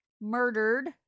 murdered